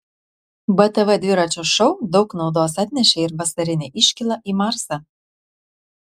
btv dviračio šou daug naudos atnešė ir vasarinė iškyla į marsą